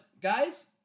guys